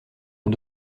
ont